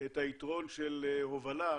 את היתרון של הובלה,